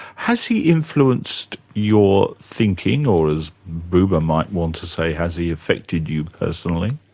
has he influenced your thinking, or as buber might want to say, has he affected you personally?